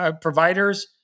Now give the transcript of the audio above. providers